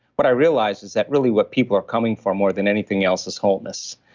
what i realized is that really what people are coming for more than anything else is wholeness.